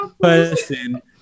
person